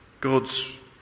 God's